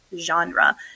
genre